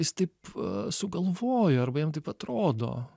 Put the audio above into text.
jis taip sugalvojo arba jam taip atrodo